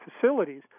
facilities